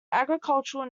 agricultural